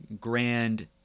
grand